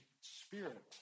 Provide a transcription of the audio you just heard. Spirit